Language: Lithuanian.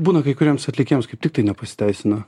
būna kai kuriems atlikėjams kaip tik tai nepasiteisina